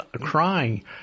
Crying